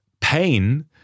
pain